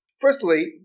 Firstly